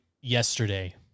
yesterday